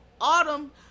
Autumn